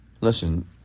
Listen